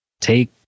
take